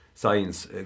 science